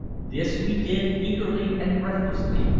this we did eagerly and breathlessly,